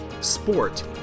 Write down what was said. sport